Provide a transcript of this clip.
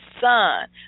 Son